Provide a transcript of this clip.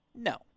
No